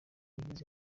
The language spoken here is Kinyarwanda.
yagize